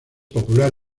popular